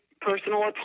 personal